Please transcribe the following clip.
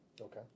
Okay